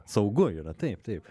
saugu yra taip taip